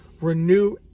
Renew